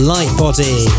Lightbody